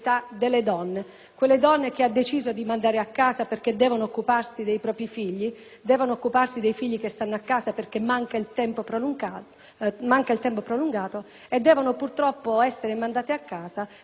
quelle donne che ha deciso di mandare a casa perché devono occuparsi dei propri figli, dei figli che stanno in casa perché manca il tempo prolungato, e devono purtroppo essere mandate a casa perché - come si sa